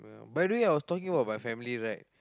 by the way I was talking about my family right